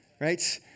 right